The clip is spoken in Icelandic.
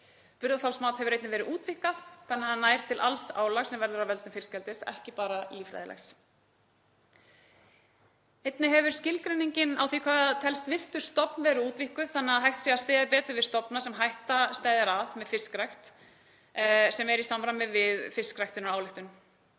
Burðarþolsmat hefur einnig verið útvíkkað þannig að það nær til alls álags sem verður af völdum fiskeldis, ekki bara líffræðilegs. Einnig hefur skilgreiningin á því hvað telst vera villtur stofn verið útvíkkuð þannig að hægt sé að styðja betur við stofna sem hætta steðjar að með fiskrækt, sem er í samræmi við fiskræktunaráætlun.